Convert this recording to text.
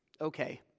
okay